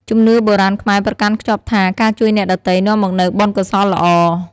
ជំនឿបុរាណខ្មែរប្រកាន់ខ្ជាប់ថា ការជួយអ្នកដទៃនាំមកនូវបុណ្យកុសលល្អ។